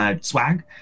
swag